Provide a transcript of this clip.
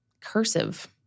cursive